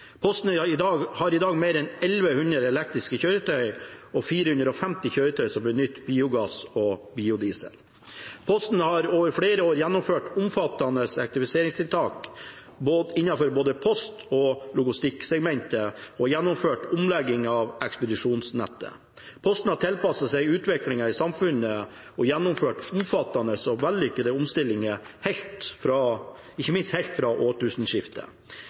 Posten har i dag mer en 1 100 elektriske kjøretøy og 450 kjøretøy som benytter biogass og biodiesel. Posten har over flere år gjennomført omfattende effektiviseringstiltak innenfor både post- og logistikksegmentet og har gjennomført omlegging av ekspedisjonsnettet. Posten har tilpasset seg utviklingen i samfunnet og gjennomført omfattende og vellykkede omstillinger helt fra